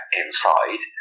inside